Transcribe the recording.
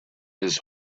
his